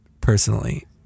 personally